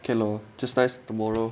okay lor just nice tomorrow